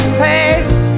face